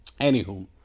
Anywho